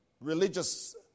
religious